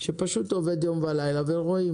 שפשוט עובד יום ולילה ורואים,